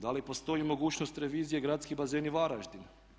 Da li postoji mogućnost revizije Gradski bazeni Varaždin?